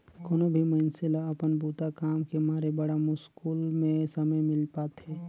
कोनो भी मइनसे ल अपन बूता काम के मारे बड़ा मुस्कुल में समे मिल पाथें